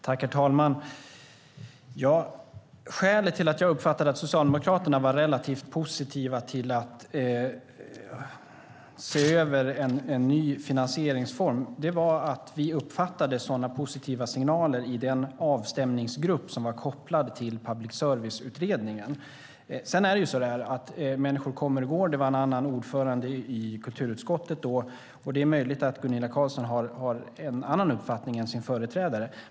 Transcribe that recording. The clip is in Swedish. Herr talman! Skälet till att jag uppfattade att Socialdemokraterna var relativt positiva till att se över en ny finansieringsform var att vi uppfattade sådana positiva signaler i den avstämningsgrupp som var kopplad till Public service-utredningen. Sedan är det så att människor kommer och går. Det var en annan ordförande i kulturutskottet då. Det är möjligt att Gunilla Carlsson i Hisings Backa har en annan uppfattning än sin företrädare.